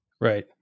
Right